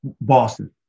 Boston